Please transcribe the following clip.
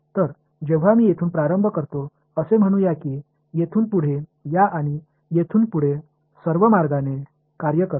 तर जेव्हा मी येथून प्रारंभ करतो असे म्हणूया की येथून पुढे या आणि येथून पुढे सर्व मार्गाने कार्य करू